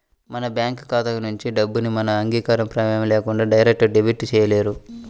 మన బ్యేంకు ఖాతా నుంచి డబ్బుని మన అంగీకారం, ప్రమేయం లేకుండా డైరెక్ట్ డెబిట్ చేయలేరు